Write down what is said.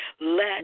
Let